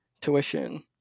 tuition